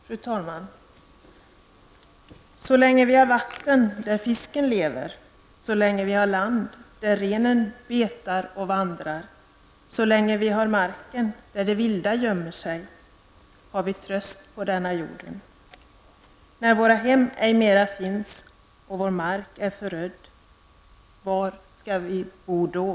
Fru talman! Jag skall börja med att återge en dikt av Paulus Utsi: Så länge vi har vatten där fisken lever, så länge vi har land där renen betar och vand rar, så länge vi har marker där det vilda gömmer sig har vi tröst på denna jord. När våra hem ej mera finns och vår mark är förödd -- var ska vi då bo?